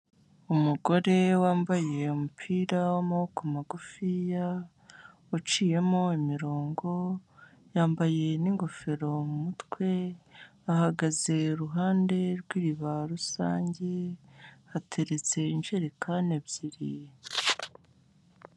Umugore wambaye umupira w'amaboko magufiya uciyemo imirongo, yambaye n'ingofero mu mutwe ahagaze iruhande rw'iriba rusange, hateretse injerikani ebyiri.